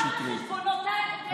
ישר לחשבונות.